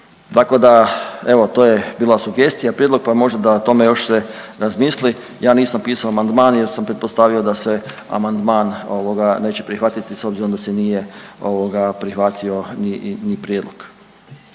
Tako da evo to je bila sugestija, prijedlog pa možda da o tome još se razmisli. Ja nisam pisao amandman jer sam pretpostavio da se amandman ovoga neće prihvatiti s obzirom da se nije ovoga prihvatio ni prijedlog.